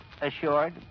assured